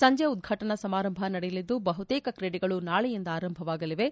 ಸಂಜೆ ಉದ್ವಾಟನಾ ಸಮಾರಂಭ ನಡೆಯಲಿದ್ದು ಬಹುತೇಕ ಕ್ರೀಡೆಗಳು ನಾಳೆಯಿಂದ ಆರಂಭವಾಗಲಿವೆ